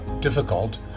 difficult